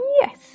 Yes